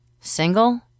Single